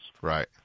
right